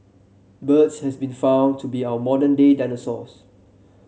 birds has been found to be our modern day dinosaurs